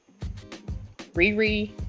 riri